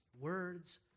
Words